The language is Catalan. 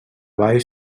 ball